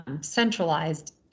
centralized